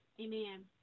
Amen